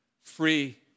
Free